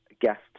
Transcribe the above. guest